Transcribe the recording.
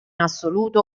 assoluto